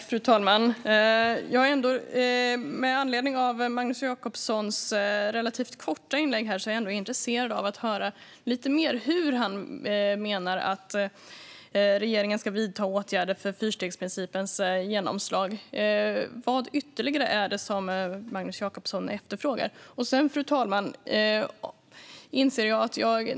Fru talman! Med anledning av Magnus Jacobssons relativt korta inlägg är jag intresserad av att höra lite mer om hur han menar att regeringen ska vidta åtgärder för fyrstegsprincipens genomslag. Vad ytterligare efterfrågar Magnus Jacobsson? Fru talman!